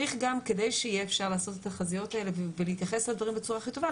כדי שיהיה אפשר לעשות את התחזיות האלה ולהתייחס לדברים בצורה הכי טובה,